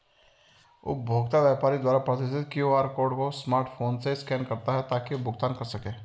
उपभोक्ता व्यापारी द्वारा प्रदर्शित क्यू.आर कोड को स्मार्टफोन से स्कैन करता है ताकि भुगतान कर सकें